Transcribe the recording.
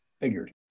figured